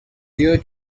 here